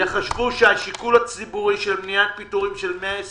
יחשבו שהשיקול הציבורי של מניעת פיטורים של 120